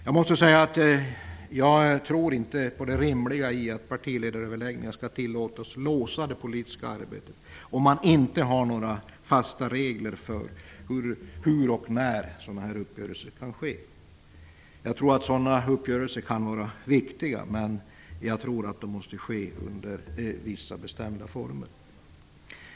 Jag tror inte på det rimliga i att partiledaröverläggningar skall tillåtas låsa det politiska arbetet, om man inte har några fasta regler för hur och när sådana uppgörelser kan ske. Sådana uppgörelser kan vara viktiga, men de måste ske under vissa bestämda former.